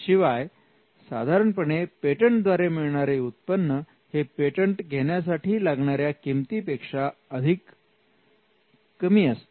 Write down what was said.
शिवाय साधारणपणे पेटंट द्वारे मिळणारे उत्पन्न हे पेटंट घेण्यासाठी लागणाऱ्या किमतीपेक्षा कमी असते